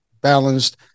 balanced